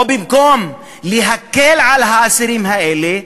או במקום להקל על האסירים האלה,